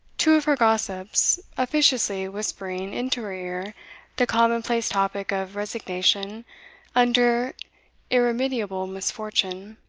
two of her gossips, officiously whispering into her ear the commonplace topic of resignation under irremediable misfortune,